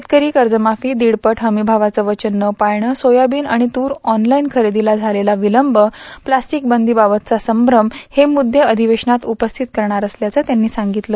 शेतकरी कर्जमाप्री दीडपट हमीमावाचं वचन न पाळणं सोयाबीन आणि तूर ऑनलाईन खरेदीला झालेला विलंब स्लॅस्टिक बंदीबाबतचा संप्रम हे मुद्दे अधिवेश्वनात उपस्थित करणार असल्याचं त्यांनी सांगितलं